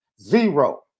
Zero